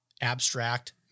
Abstract